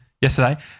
Yesterday